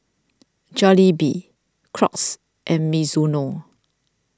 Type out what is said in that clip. Jollibee Crocs and Mizuno